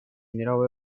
мировой